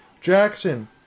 Jackson